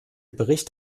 bericht